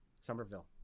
Somerville